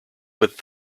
with